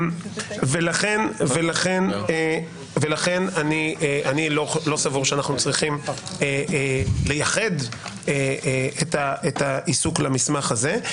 לכן אני לא סבור שאנחנו צריכים לייחד את העיסוק למסמך הזה.